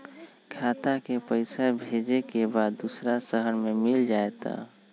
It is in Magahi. खाता के पईसा भेजेए के बा दुसर शहर में मिल जाए त?